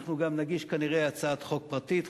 אנחנו גם נגיש כנראה הצעת חוק פרטית,